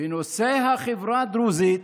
"בנושא החברה הדרוזית